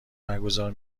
برگزار